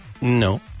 No